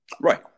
Right